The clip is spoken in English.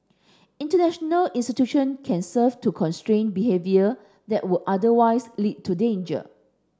international institution can serve to constrain behaviour that would otherwise lead to danger